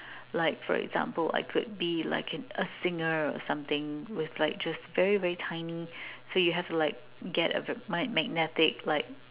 like for example I could be like an a singer or something with like just very very tiny so you have to like get a magnetic like